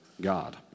God